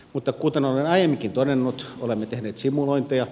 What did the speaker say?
mutta kuten olen aiemminkin todennut olemme tehneet simulointeja